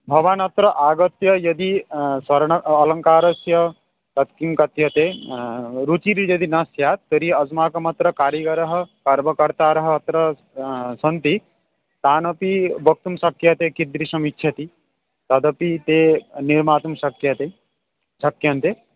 भवान् अत्र आगत्य यदि स्वर्ण अलङ्कारस्य तत् किं कथ्यते रुचिर्यदि न स्यात् तर्हि अस्माकम् अत्र कारिगरः कर्मकर्तारः अत्र सन्ति तानपि वक्तुं शक्यते कीदृशम् इच्छति तदपि ते निर्मातुं शक्यते शक्यन्ते